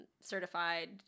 certified